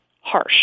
harsh